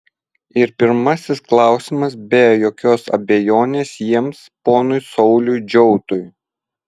ir pirmasis klausimas be jokios abejonės jiems ponui sauliui džiautui